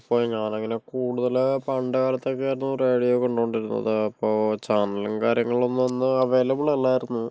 ഇപ്പോൾ ഞാനങ്ങണ കൂടുതല് പണ്ട് കാലത്തൊക്കെ ആയിരുന്നു റേഡിയോ കണ്ടോണ്ടിരുന്നത് അപ്പോൾ ചാനലുകളും കാര്യങ്ങളൊന്നും അന്ന് അവൈലബിളല്ലായിരുന്നു